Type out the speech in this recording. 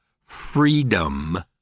freedom